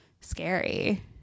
scary